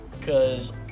cause